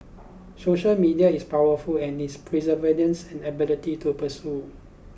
social media is powerful and its pervasiveness and ability to persuade